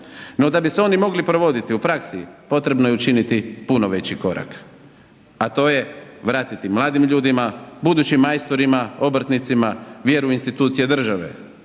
No da bi se oni mogli provoditi u praksi potrebno je učiniti puno veći korak, a to je vratiti mladim ljudima, budućim majstorima, obrtnicima vjeru u institucije države,